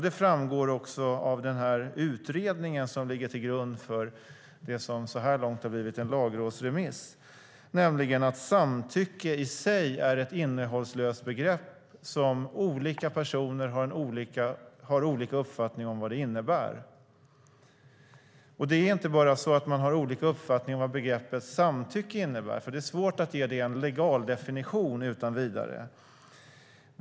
Det framgår av utredningen som ligger till grund för det som så här långt har blivit en lagrådsremiss, att samtycke i sig är ett innehållslöst begrepp som olika personer har olika uppfattning om vad det innebär. Det är inte bara så att man har olika uppfattning om vad begreppet samtycke innebär, för det är svårt att ge det en legal definition utan vidare.